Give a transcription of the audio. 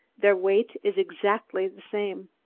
their weight is exactly the same.